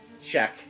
check